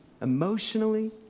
emotionally